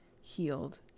healed